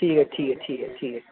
ठीक ऐ ठीक ऐ ठीक ऐ